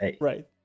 right